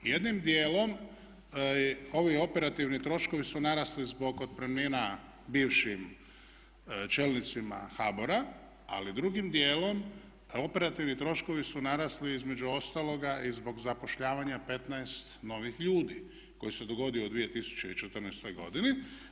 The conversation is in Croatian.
Jednim dijelom ovi operativni troškovi su narasli zbog otpremnina bivšim čelnicima HBOR-a, ali drugim dijelom operativni troškovi su narasli između ostaloga i zbog zapošljavanja 15 novih ljudi koji se dogodio u 2014. godini.